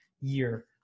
year